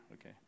Okay